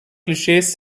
klischees